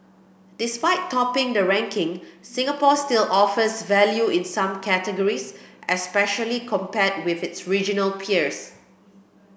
despite topping the ranking Singapore still offers value in some categories especially compared with its regional peers